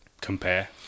compare